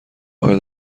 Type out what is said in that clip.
آیا